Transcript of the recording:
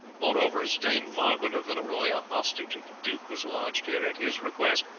moreover, as dame margaret of villeroy, a hostage of the duke, was lodged here at his request,